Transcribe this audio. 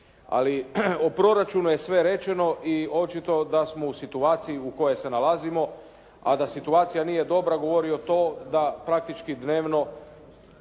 Ali o proračunu je sve rečeno i očito da smo u situaciji u kojoj se nalazimo a da situacija nije dobra govori to da praktički dnevno